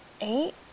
eight